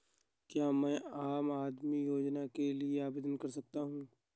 क्या मैं आम आदमी योजना के लिए आवेदन कर सकता हूँ?